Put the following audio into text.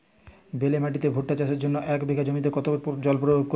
বেলে মাটিতে ভুট্টা চাষের জন্য এক বিঘা জমিতে কতো জল প্রয়োগ করব?